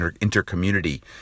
inter-community